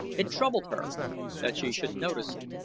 it troubled her that she should notice it,